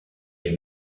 les